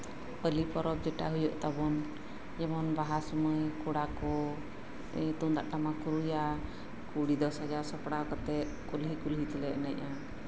ᱯᱟᱞᱤ ᱯᱚᱨᱚᱵᱽ ᱡᱮᱴᱟ ᱦᱩᱭᱩᱜ ᱛᱟᱵᱚᱱ ᱡᱮᱢᱚᱱ ᱵᱟᱦᱟ ᱥᱚᱢᱚᱭ ᱠᱚᱲᱟ ᱠᱚ ᱛᱩᱢᱫᱟᱜ ᱴᱟᱢᱟᱠ ᱠᱚ ᱨᱩᱭᱟ ᱠᱩᱲᱤ ᱫᱚ ᱥᱟᱯᱲᱟᱣ ᱠᱟᱛᱮᱫ ᱠᱩᱞᱦᱤ ᱛᱮᱞᱮ ᱮᱱᱮᱡᱟ